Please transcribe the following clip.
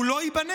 הוא לא ייבנה?